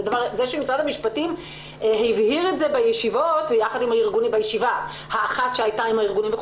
זה שמשרד המשפטים הבהיר את זה בישיבה האחת עם הארגונים,